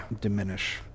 diminish